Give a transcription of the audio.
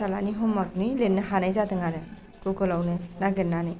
फिसालानि हम अवार्कनि लिरनो हानाय जादों आरो गुगोलावनो नागिरनानै